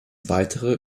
weitere